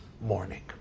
morning